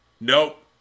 Nope